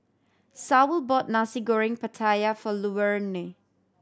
Saul bought Nasi Goreng Pattaya for Luverne